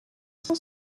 cent